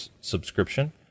subscription